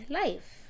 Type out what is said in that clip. life